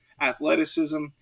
athleticism